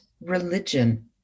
religion